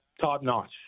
top-notch